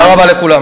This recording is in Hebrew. תודה רבה לכולם.